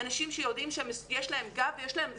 אנשים שיודעים שיש להם גב ויש להם זמן.